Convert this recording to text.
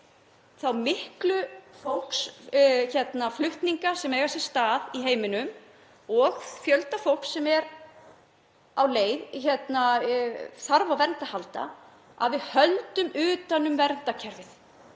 þá miklu fólksflutninga sem eiga sér stað í heiminum og fjölda fólks sem þarf á vernd að halda, að við höldum utan um verndarkerfið